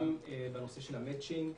גם בנושא של המצ'ינג,